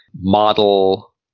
model